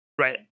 Right